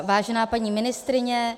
Vážená paní ministryně...